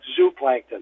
zooplankton